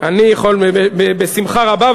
בשמחה רבה,